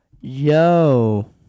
yo